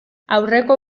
aurreko